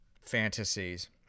fantasies